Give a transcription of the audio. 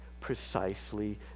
precisely